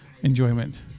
Enjoyment